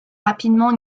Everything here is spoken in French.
rapidement